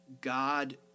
God